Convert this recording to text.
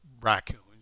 raccoons